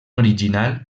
original